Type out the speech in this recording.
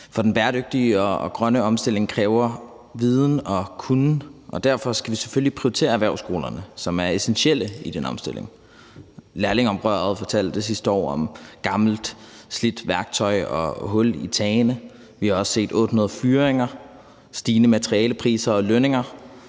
den bæredygtige og grønne omstilling kræver viden og kunnen, og derfor skal vi selvfølgelig prioritere erhvervsskolerne, som er essentielle i den omstilling. Lærlingeoprøret fortalte sidste år om gammelt, slidt værktøj og huller i tagene. Vi har også set 800 fyringer, stigende materialepriser og lønninger.